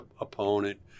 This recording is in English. opponent